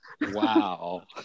wow